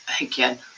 again